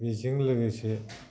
बेजों लोगोसे